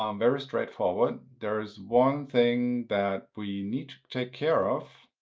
um very straightforward. there is one thing that we need to take care of